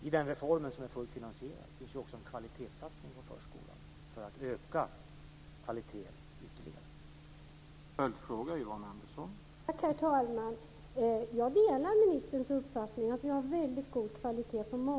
I den reformen, som är fullt finansierad, finns också en kvalitetssatsning på förskolan för att öka kvaliteten ytterligare.